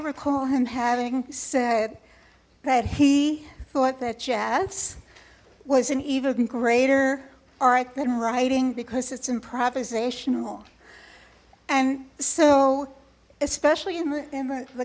recall him having said that he thought that jazz was an even greater or i've been writing because it's improvisational and so especially in the